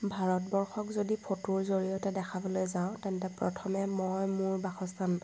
ভাৰতবৰ্ষক যদি ফটোৰ জৰিয়তে দেখাবলৈ যাওঁ তেন্তে প্ৰথমে মই মোৰ বাসস্থান